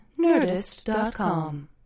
Nerdist.com